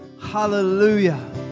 Hallelujah